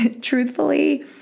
truthfully